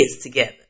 together